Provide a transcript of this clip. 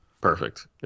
Perfect